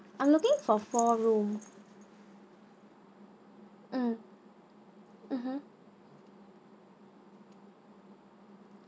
I'm looking for four room mm mmhmm